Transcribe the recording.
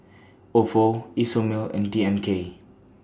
Ofo Isomil and D M K